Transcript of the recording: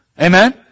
Amen